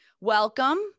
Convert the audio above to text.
Welcome